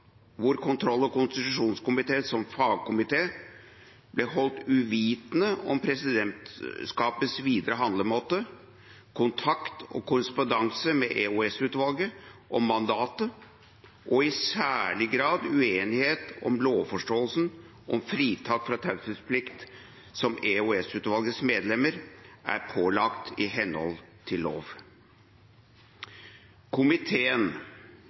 hvor kontroll- og konstitusjonskomiteen som fagkomité ble holdt uvitende om presidentskapets videre handlemåte, kontakt og korrespondanse med EOS-utvalget om mandatet, og i særlig grad uenigheten om lovforståelsen om fritak fra taushetsplikten som EOS-utvalgets medlemmer er pålagt i henhold til lov. Komiteen